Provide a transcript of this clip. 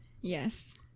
Yes